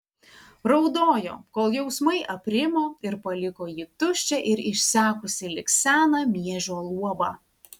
raudojo kol jausmai aprimo ir paliko jį tuščią ir išsekusį lyg seną miežio luobą